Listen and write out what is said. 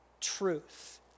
truth